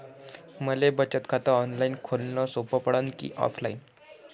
मले बचत खात ऑनलाईन खोलन सोपं पडन की ऑफलाईन?